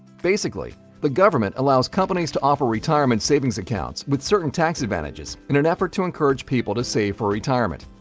basically, the government allows companies to offer retirement savings accounts with certain tax advantages in an effort to encourage people to save for retirement.